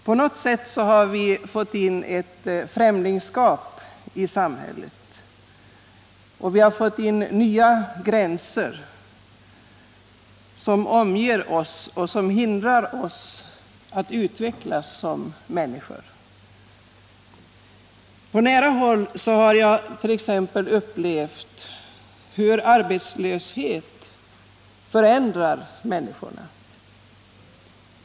På något sätt har vi fått in ett främlingskap i samhället, och vi har fått in nya gränser, som omger oss och som hindrar oss att utvecklas som människor. På nära håll har jag upplevt t.ex. hur arbetslöshet förändrar människorna.